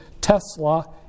Tesla